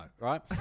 right